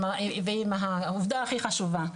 עם העובדה הכי חשובה.